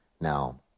Now